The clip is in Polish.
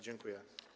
Dziękuję.